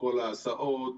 כל ההסעות,